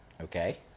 Okay